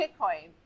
Bitcoin